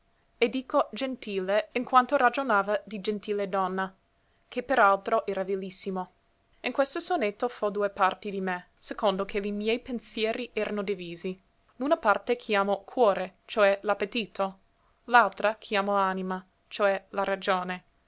e dico gentile in quanto ragionava di gentile donna ché per altro era vilissimo in questo sonetto fo due parti di me secondo che li miei pensieri erano divisi l'una parte chiamo cuore cioè l'appetito l'altra chiamo anima cioè la ragione